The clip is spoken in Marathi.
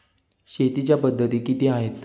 शेतीच्या पद्धती किती आहेत?